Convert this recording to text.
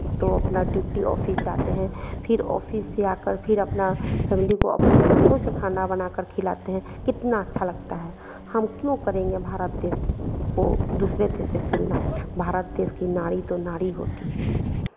तो अपना duty office जाते हैं फिर ऑफिस से आकर फिर अपना फ़ैमिली को अपने हाथों से खाना बनाकर खिलाते हैं कितना अच्छा लगता है हम क्यों करेंगे भारत देश को दूसरे देश से तुलना भारत देश की नारी तो नारी होती है